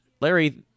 Larry